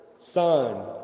Son